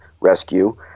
rescue